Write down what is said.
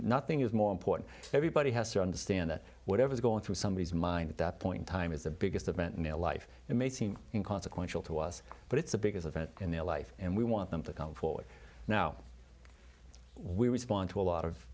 nothing is more important everybody has to understand that whatever's going through somebody's mind at that point time is the biggest event in their life it may seem in consequential to us but it's the biggest event in their life and we want them to come forward now we respond to a lot of